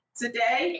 today